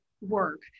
work